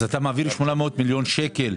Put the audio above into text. אז אתה מעביר 800 מיליון שקל,